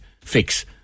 Fix